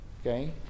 Okay